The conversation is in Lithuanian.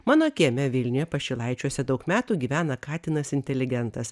mano kieme vilniuje pašilaičiuose daug metų gyvena katinas inteligentas